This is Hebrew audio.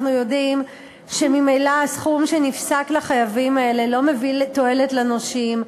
אנחנו יודעים שממילא הסכום שנפסק לחייבים האלה לא מביא תועלת לנושים,